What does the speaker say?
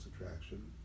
attraction